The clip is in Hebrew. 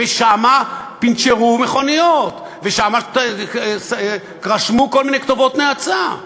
ושם פנצ'רו מכוניות, שם רשמו כל מיני כתובות נאצה.